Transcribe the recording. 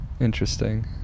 interesting